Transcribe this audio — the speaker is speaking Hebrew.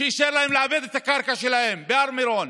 אישר להם לעבד את הקרקע שלהם בהר מירון,